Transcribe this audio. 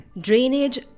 Drainage